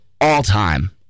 all-time